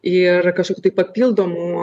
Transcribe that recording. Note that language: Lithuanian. ir kažkokių tai papildomų